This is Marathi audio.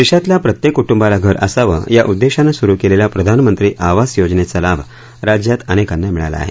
देशातल्या प्रत्येक कुटुंबाला घर असावं या उद्देशानं सुरु केलेल्या प्रधानमंत्री आवास योजनेचा लाभ राज्यात अनेकांना मिळाला आहे